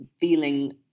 feeling